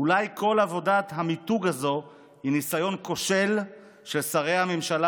אולי כל עבודת המיתוג הזו היא ניסיון כושל של שרי הממשלה